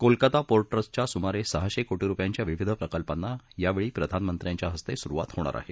Kolkata port टस्टच्या सुमारे सहाशे कोटी रुपयांच्या विविध प्रकल्पांना यावेळी प्रधानमंत्र्यांच्या हस्ते सुरुवात होणार आहे